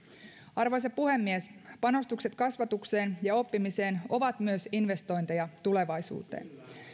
arvoisa puhemies panostukset kasvatukseen ja oppimiseen ovat myös investointeja tulevaisuuteen